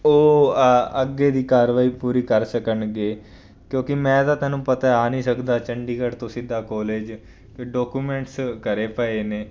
ਉਹ ਆ ਅੱਗੇ ਦੀ ਕਾਰਵਾਈ ਪੂਰੀ ਕਰ ਸਕਣਗੇ ਕਿਉਂਕਿ ਮੈਂ ਤਾਂ ਤੈਨੂੰ ਪਤਾ ਆ ਨਹੀਂ ਸਕਦਾ ਚੰਡੀਗੜ੍ਹ ਤੋਂ ਸਿੱਧਾ ਕੋਲੇਜ ਕਿ ਡਾਕੂਮੈਂਟਸ ਘਰ ਪਏ ਨੇ